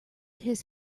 his